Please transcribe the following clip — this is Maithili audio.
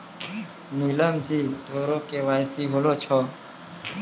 नीलम जी तोरो के.वाई.सी होलो छौं?